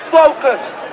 focused